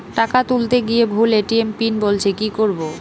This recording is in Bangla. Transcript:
টাকা তুলতে গিয়ে ভুল এ.টি.এম পিন বলছে কি করবো?